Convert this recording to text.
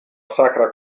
sacra